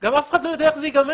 גם אף אחד לא יודע איך זה ייגמר.